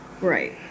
Right